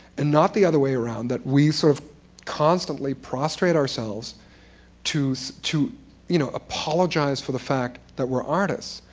and not the other way around. that we sort of constantly prostrate ourselves to to you know apologize for the fact that we're artists,